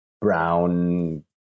Brown